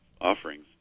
offerings